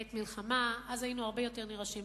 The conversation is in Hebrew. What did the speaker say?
בעת מלחמה, אז היינו הרבה יותר נרעשים.